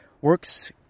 Works